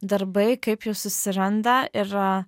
darbai kaip jus susiranda ir